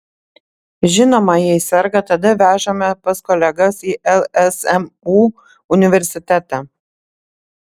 žinoma jei serga tada vežame pas kolegas į lsmu universitetą